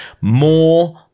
More